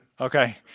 okay